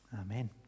Amen